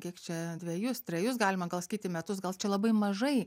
kiek čia dvejus trejus galima gal sakyti metus gal čia labai mažai